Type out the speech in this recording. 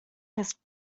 his